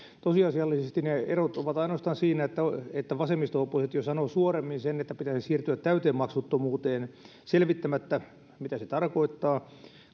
tosiasiallisesti ne erot ovat ainoastaan siinä että että vasemmisto oppositio sanoo suoremmin sen että pitäisi siirtyä täyteen maksuttomuuteen selvittämättä mitä se tarkoittaa